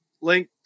Link